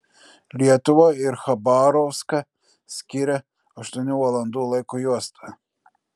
lietuvą ir chabarovską skiria aštuonių valandų laiko juosta